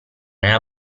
nella